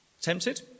Tempted